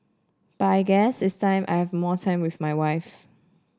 but I guess it's time I have more time with my wife